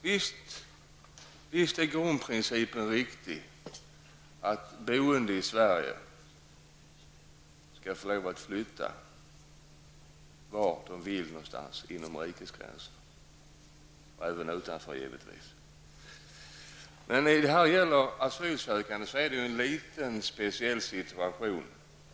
Grundprincipen är visserligen riktig, dvs. att boende i Sverige har lov att flytta vart de vill inom, och givetvis även utanför, rikets gränser, men asylsökande befinner sig i en speciell situation.